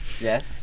Yes